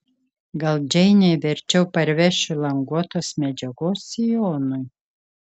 gal džeinei verčiau parvešiu languotos medžiagos sijonui